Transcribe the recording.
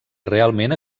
realment